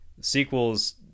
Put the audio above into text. sequel's